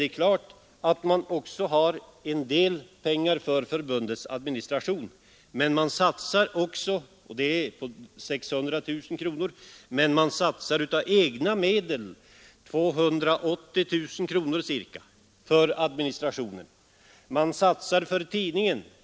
Det är klart att man får en del pengar för förbundets administration — det är 600 000 kronor — men man satsar av egna medel ca 280 000 kronor för administrationen. Man satsar vidare på tidningen.